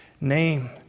name